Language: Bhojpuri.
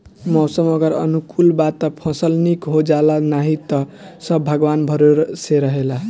मौसम अगर अनुकूल बा त फसल निक हो जाला नाही त सब भगवान भरोसे रहेला